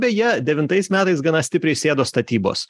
beje devintais metais gana stipriai sėdo statybos